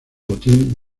botín